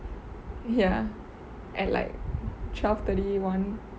ya at like twelve thirty one